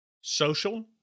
Social